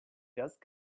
dust